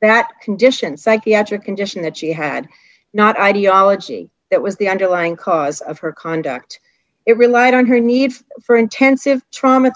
that condition psychiatric condition that she had not ideology that was the underlying cause of her conduct it relied on her need for intensive trauma